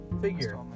figure